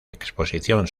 exposición